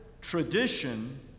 tradition